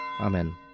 Amen